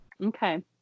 okay